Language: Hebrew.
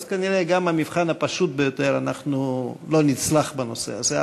אז כנראה גם את המבחן הפשוט ביותר אנחנו לא נצלח בנושא הזה.